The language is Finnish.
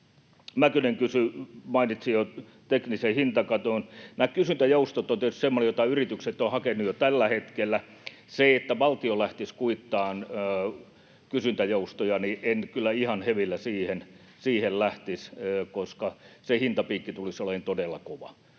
Mäkynen mainitsi jo teknisen hintakaton. Nämä kysyntäjoustot ovat tietysti semmoinen, mitä yritykset ovat hakeneet jo tällä hetkellä. Siihen, että valtio lähtisi kuittaamaan kysyntäjoustoja, en kyllä ihan hevillä lähtisi, koska se hintapiikki tulisi olemaan todella kova.